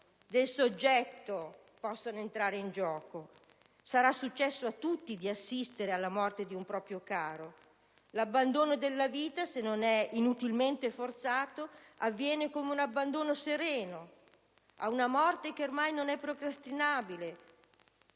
persona, possa entrare in gioco. Sarà successo a tutti di assistere alla morte di un proprio caro: l'abbandono della vita, se non è inutilmente forzato, è un abbandono sereno ad una morte che ormai non è procrastinabile,